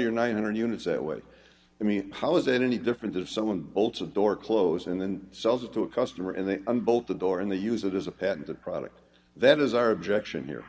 your nine hundred units that way i mean how is it any different if someone bolts of door close and then sells it to a customer and they unbolt the door and they use it as a patented product that is our objection here